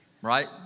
Right